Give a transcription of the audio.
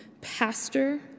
pastor